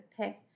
pick